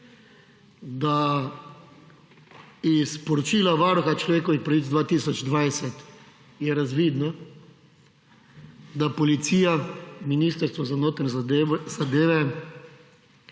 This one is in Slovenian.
je iz poročila Varuha človekovih pravic 2020 razvidno, da policija, Ministrstvo za notranje zadeve